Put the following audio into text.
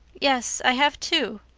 yes, i have two.